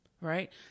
right